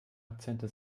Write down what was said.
akzente